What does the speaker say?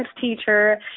teacher